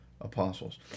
apostles